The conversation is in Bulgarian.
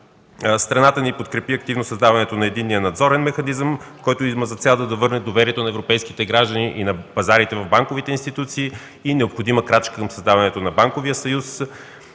Страната ни подкрепи активно създаването на Единния надзорен механизъм, който има за цел да върне доверието на европейските граждани и на пазарите в банковите институции и необходима крачка към създаването на банковия съюз.